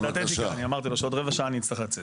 אני אמרתי שעוד רבע שעה אני אצטרך לצאת.